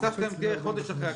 הטיסה שלהם תהיה חודש אחרי הבדיקה.